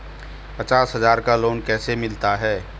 पचास हज़ार का लोन कैसे मिलता है?